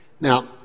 Now